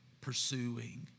pursuing